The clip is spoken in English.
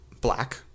black